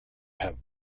have